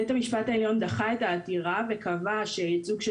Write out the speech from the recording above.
בית המשפט העליון דחה את העתירה וקבע שייצוג של